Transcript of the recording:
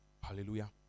Hallelujah